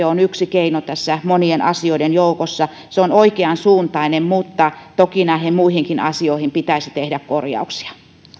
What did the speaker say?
on yksi keino tässä monien asioiden joukossa se on oikeansuuntainen mutta toki näihin muihinkin asioihin pitäisi tehdä korjauksia